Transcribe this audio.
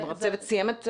כלומר הצוות סיים את עבודתו?